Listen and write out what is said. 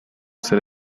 ser